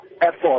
effort